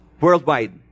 worldwide